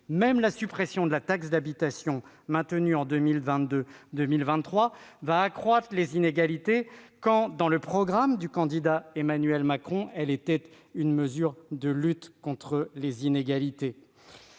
Même la suppression de la taxe d'habitation, maintenue en 2022-2023, va accroître les inégalités, alors que, dans le programme du candidat Emmanuel Macron, elle était présentée comme une mesure de lutte contre les inégalités.